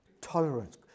tolerance